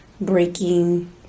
breaking